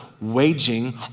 waging